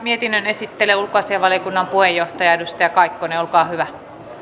mietinnön esittelee ulkoasiainvaliokunnan puheenjohtaja edustaja kaikkonen olkaa hyvä